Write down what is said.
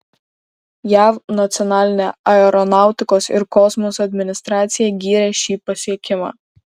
jav nacionalinė aeronautikos ir kosmoso administracija gyrė šį pasiekimą